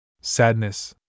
Sadness